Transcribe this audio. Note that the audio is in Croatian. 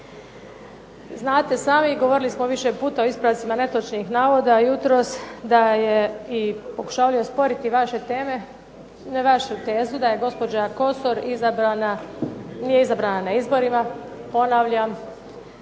Znate sami, govorili smo više puta o ispravcima netočnih navoda jutros i pokušavali osporiti vašu tezu da je gospođa Kosor nije izabrana na izborima. Ponavljam,